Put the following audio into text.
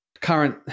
current